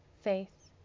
faith